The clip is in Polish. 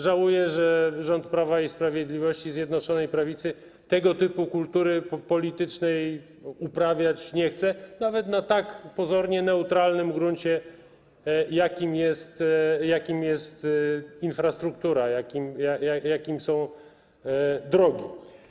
Żałuję, że rząd Prawa i Sprawiedliwości, Zjednoczonej Prawicy tego typu kultury politycznej uprawiać nie chce, nawet na tak pozornie neutralnym gruncie, jakim jest infrastruktura, jakim są drogi.